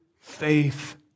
faith